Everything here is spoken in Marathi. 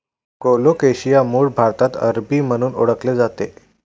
कोलोकेशिया मूळ भारतात अरबी म्हणून ओळखले जाते